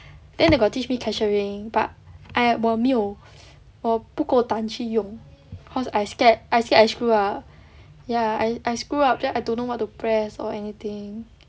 then they got teach me cashiering but !aiya! 我没有我不够胆去用 cause I scared I scared I screw up ya I I screw up then I don't know what to press or anything